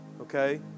Okay